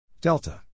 Delta